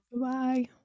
Bye